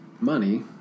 money